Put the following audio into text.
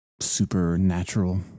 supernatural